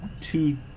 two